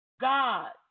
God